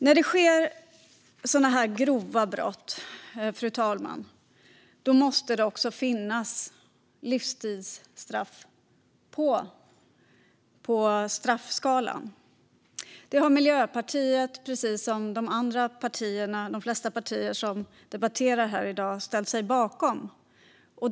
När det sker sådana här grova brott, fru talman, måste det finnas livstidsstraff på straffskalan. Det har Miljöpartiet, precis som de flesta andra partier som debatterar här i dag, ställt sig bakom.